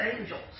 angels